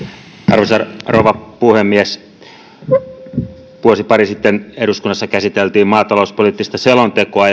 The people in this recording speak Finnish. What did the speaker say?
arvoisa rouva puhemies vuosi pari sitten eduskunnassa käsiteltiin maatalouspoliittista selontekoa